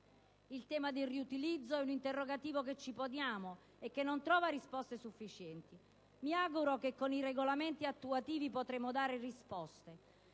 Il tema del riutilizzo è un interrogativo che ci poniamo e che non trova risposte sufficienti. Mi auguro che con i regolamenti attuativi potremo dare delle risposte.